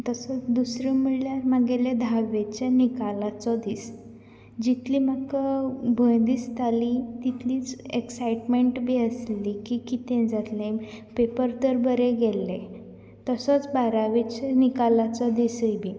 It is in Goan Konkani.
तसोत दुसरो म्हणल्यार म्हागेलें धाव्वेचे निकालाचो दीस जितली म्हाका भंय दिसताली तितलींच एक्सायटमेंट बी आसली की कितें जातलें पेपर तर बरें गेल्ले तसोच बारेवेचो निकालाचो दिसूय बी